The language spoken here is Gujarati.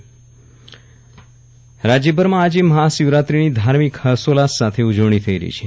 વિરલ રાણા મહાશિવરાત્રી પર્વ રાજ્ય રાજ્યભરમાં આજે મહાશિવરાત્રીની ધાર્મિક હર્ષોલ્લાસ સાથે ઉજવણી થઈ રહી છે